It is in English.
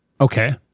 Okay